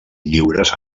lliures